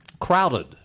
crowded